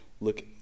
look